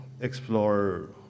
explore